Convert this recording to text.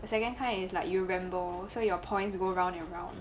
the second kind is like you rainbow so your points go round and round